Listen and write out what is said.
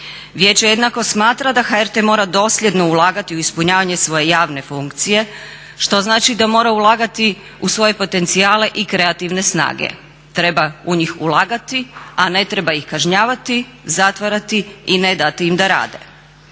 Vijeće jednako smatra da HRT mora dosljedno ulagati u ispunjavanje svoje javne funkcije što znači da mora ulagati u svoje potencijale i kreativne snage. Treba u njih ulagati, a ne treba ih kažnjavati, zatvarati i ne dati im da rade.